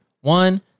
One